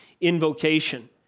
invocation